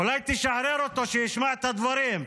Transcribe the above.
אולי תשחרר אותו, שישמע את הדברים?